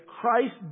Christ